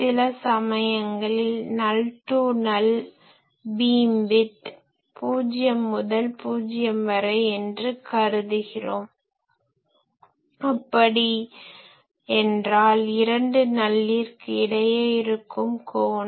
சில சமயங்களில் null to null beam width null to null beam width பூஜ்யம் முதல் பூஜ்யம் வரை என்றும் கூறுகிறோம் அப்படி என்றால் இரண்டு நல்லிறகு இடையே இருக்கும் கோணம்